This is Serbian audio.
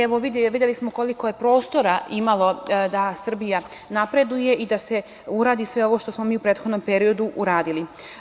Evo, videli smo koliko je prostora imalo da Srbija napreduje i da se uradi sve ovo što smo mi u prethodnom periodu uradili.